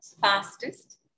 fastest